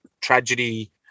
tragedy